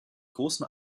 großen